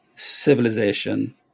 civilization